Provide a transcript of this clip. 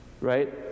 Right